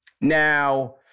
Now